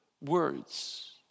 words